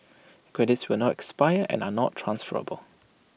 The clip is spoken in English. credits will not expire and are not transferable